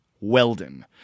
Weldon